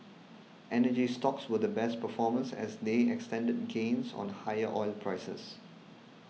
energy stocks were the best performers as they extended gains on higher oil prices